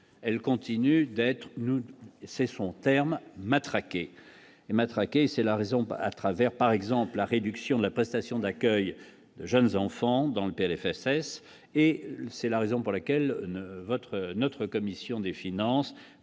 elles, continuent d'être et c'est son terme, matraqués et matraques et c'est la raison à travers par exemple la réduction de la prestation d'accueil jeunes enfants dans le PLFSS et c'est la raison pour laquelle me votre notre commission des finances